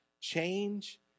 change